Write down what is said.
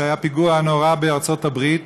כשהיה הפיגוע הנורא בארצות-הברית,